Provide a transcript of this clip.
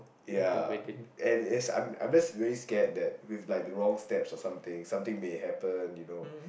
ya and it's I'm I'm just really scared that with like the wrong steps or something something may happen you know